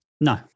No